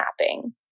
mapping